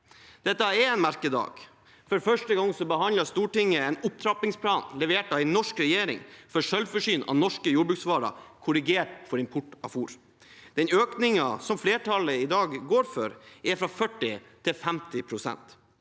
Dette er en merkedag. For første gang behandler Stortinget en opptrappingsplan levert av en norsk regjering for selvforsyning av norske jordbruksvarer korrigert for import av fôr. Den økningen som flertallet i dag går for, er fra 40 pst. til 50 pst.